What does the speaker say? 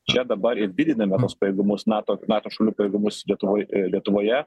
čia dabar ir didiname tuos pajėgumus nato nato šalių pajėgumus lietuvoj lietuvoje